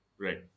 Right